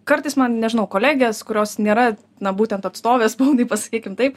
kartais man nežinau kolegės kurios nėra na būtent atstovės spaudai pasakykim taip